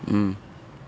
mm